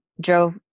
drove